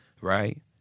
Right